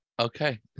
Okay